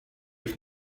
ich